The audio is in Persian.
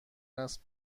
است